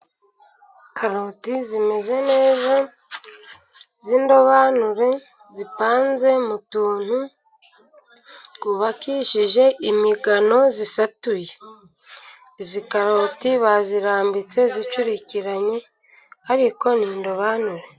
Karoti zimeze neza z'indobanure, zipanze mu tuntu twubakishije imigano isatuye, izi karoti bazirambitse zicurikiranye ariko ni indobanure.